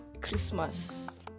Christmas